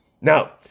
Now